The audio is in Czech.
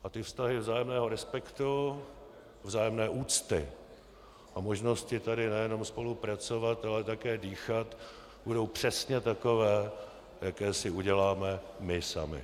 A ty vztahy vzájemného respektu, vzájemné úcty a možnosti tady nejenom spolupracovat, ale také dýchat, budou přesně takové, jaké si uděláme my sami.